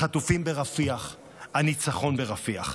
החטופים ברפיח, הניצחון ברפיח.